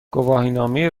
گواهینامه